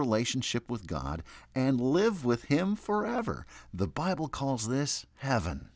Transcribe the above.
relationship with god and live with him forever the bible calls this haven't